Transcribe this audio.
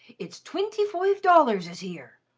it's twinty-foive dollars is here.